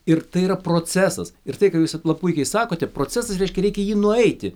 ir tai yra procesas ir tai ką jūs la puikiai sakote procesas reiškia reikia jį nueiti